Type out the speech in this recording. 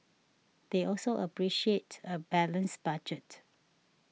they also appreciate a balanced budget